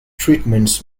treatments